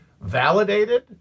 validated